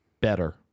better